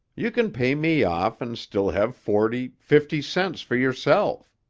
you can pay me off and still have forty, fifty cents for yourself.